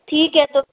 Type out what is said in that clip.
ठीक है तो